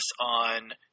on